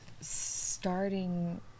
starting